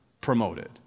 promoted